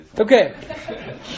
okay